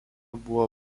buvo